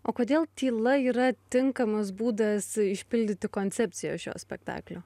o kodėl tyla yra tinkamas būdas išpildyti koncepciją šio spektaklio